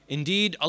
Indeed